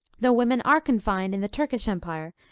though women are confined in the turkish empire,